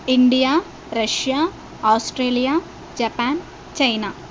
India Russia Australia Japan China